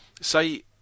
say